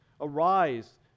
Arise